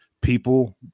people